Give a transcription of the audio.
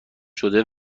شده